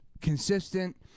Consistent